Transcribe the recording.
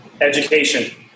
Education